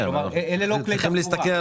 אלה לא כלי תחבורה,